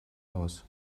aus